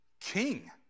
king